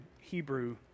Hebrew